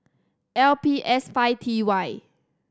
L P S five T Y